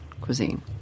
cuisine